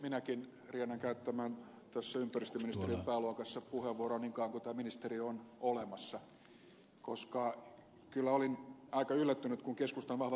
minäkin riennän käyttämään tässä ympäristöministeriön pääluokassa puheenvuoron niin kauan kuin tämä ministeriö on olemassa koska kyllä olin aika yllättynyt kun keskustan vahva talousmies ed